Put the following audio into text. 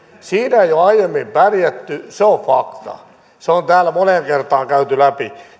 siinä ei ole aiemmin pärjätty se on fakta se on täällä moneen kertaan käyty läpi